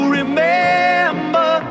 remember